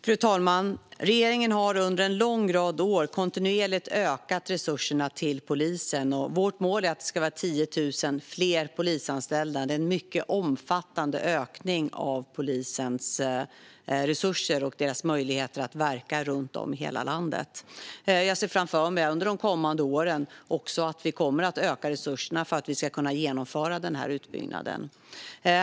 Fru talman! Regeringen har under flera år kontinuerligt ökat resurserna till polisen. Vårt mål är att det ska vara 10 000 fler polisanställda. Det är en mycket omfattande ökning av polisens resurser och möjlighet att verka runt om i hela landet. Jag ser framför mig att vi kommer att öka resurserna också under de kommande åren för att kunna genomföra den utbyggnaden.